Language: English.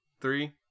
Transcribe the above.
three